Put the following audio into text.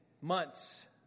months